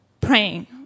praying